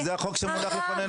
כי זה החוק שמונח לפנינו.